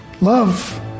Love